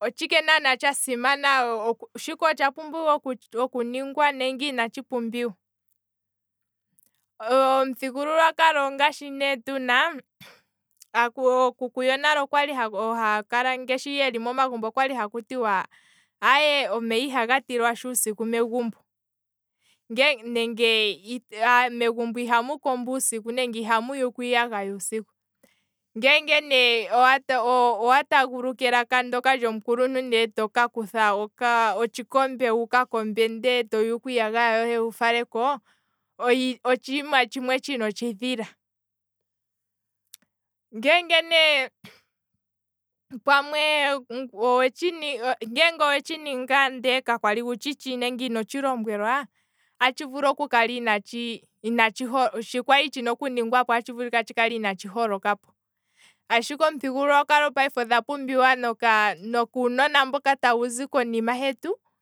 otshike naana tsha simana, shika otsha pumbiwa okuningwa nenge inatshi pumbiwa, omuthigululwa kalo ongashi ne tuna, okuku yonale okwali haya kala ngaashi yeli megumbo okwali yena, aye omeya ihaga tilwashi uusiku megumbo, nenge aantu ihaya kombo uusiku nenge ya yuke iiyagaya uusiku, ngeenge ne owa taaguluka elaka ndoka lyomukuluntu ndele toka kutha otshikombe wu kombe noku yuka iiyagaya yohe wufaleko, otshiima tshimwe tshina otshidhila, ngeenge ne pamwe. ngeenge owetshi ninga ndelekwali wutshitshi nenge inotshi lombwelwa, nena ohatshi vulu ku kukala inatshi holo shi kwali tshina okuningwao atshi vulu tshikale inatshi holokapo, ashike omithigululwakalo payife odha pumbiwa nokuunona mboka tawu zi konima hetu